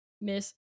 miss